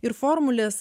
ir formulės